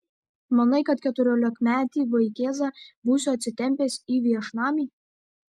manai kad keturiolikmetį vaikėzą būsiu atsitempęs į viešnamį